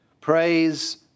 praise